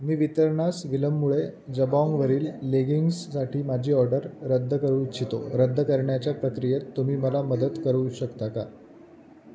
मी वितरणास विलंबामुळे जबाॉंगवरील लेगिंग्ससाठी माझी ऑर्डर रद्द करू इच्छितो रद्द करण्याच्या प्रक्रियेत तुम्ही मला मदत करू शकता का